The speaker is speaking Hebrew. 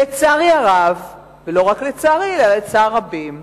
לצערי הרב, ולא רק לצערי אלא לצער רבים,